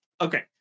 okay